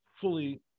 fully